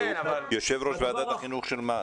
הוא יושב-ראש ועדת החינוך של מה?